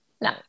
no